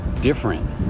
different